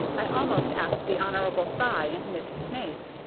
i almost asked the hon. cy and miss snaith.